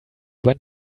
went